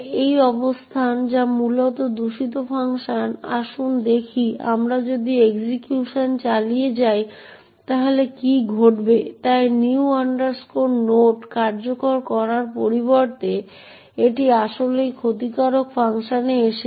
এই অবস্থান যা মূলত দূষিত ফাংশন আসুন দেখি আমরা যদি এক্সিকিউশন চালিয়ে যাই তাহলে কি ঘটবে তাই new node কার্যকর করার পরিবর্তে এটি আসলেই ক্ষতিকারক ফাংশনে এসেছে